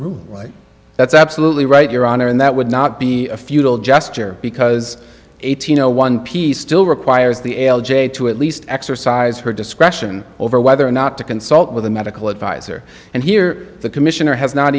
current right that's absolutely right your honor and that would not be a futile gesture because eighteen zero one piece still requires the l j to at least exercise her discretion over whether or not to consult with a medical advisor and here the commissioner has not